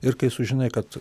ir kai sužinai kad